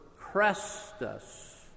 Crestus